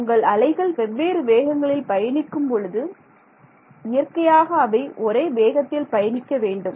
உங்கள் அலைகள் வெவ்வேறு வேகங்களில் பயணிக்கும் பொழுது இயற்கையாக அவை ஒரே வேகத்தில் பயணிக்க வேண்டும்